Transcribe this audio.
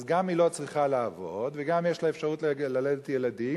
אז גם היא לא צריכה לעבוד וגם יש לה אפשרות ללדת ילדים,